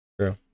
true